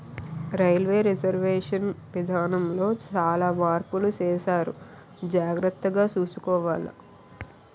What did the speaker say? railway reservation విధానములో సాలా మార్పులు సేసారు జాగర్తగ సూసుకోవాల